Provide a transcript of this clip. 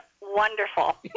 wonderful